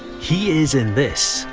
he is in this,